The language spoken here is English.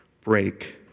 break